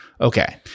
Okay